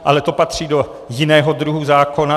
Ale to patří do jiného druhu zákona.